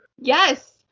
Yes